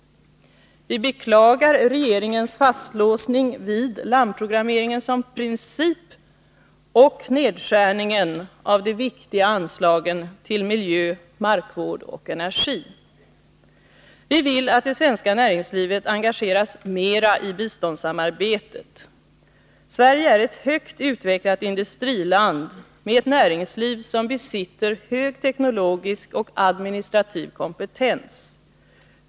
Vi beklagar regeringens fastlåsning vid landprogrammeringen som princip och nedskärningen av de viktiga anslagen till miljö, markvård och energi. Vi vill att det svenska näringslivet engageras mera i biståndssamarbetet. Sverige är ett högt utvecklat industriland med ett näringsliv som besitter hög teknologisk och administrativ kompetens.